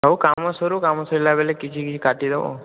ହେଉ କାମ ସରୁ କାମ ସରିଲା ପରେ କିଛି କିଛି କାଟି ଦେବ